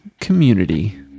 Community